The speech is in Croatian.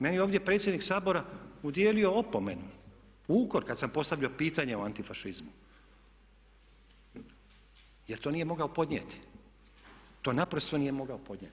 Meni je ovdje predsjednik Sabora udijelio opomenu, ukor kada sam postavio pitanje o antifašizmu jer to nije mogao podnijeti, to naprosto nije mogao podnijeti.